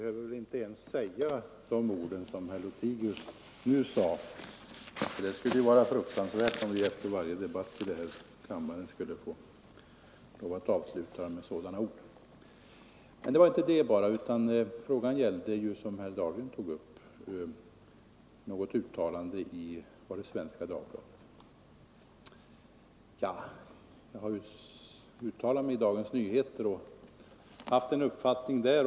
Den fråga som herr Dahlgren tog upp gällde något uttalande i Svenska Dagbladet. Jag har ju uttalat mig i Dagens Nyheter och deklarerat en uppfattning där.